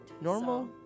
Normal